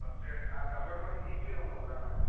first ആ കമ്പ്യൂട്ടറിൻ്റെ C P U ഒന്ന് ഊരണം ആയിരുന്നു